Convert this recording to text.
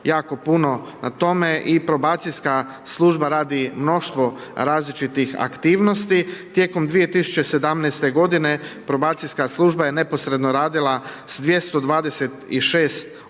jako puno na tome i probacijska služba radi mnoštvo različitih aktivnosti. Tijekom 2017.g. probacijska služba je neposredno radila s 226 ovisnika,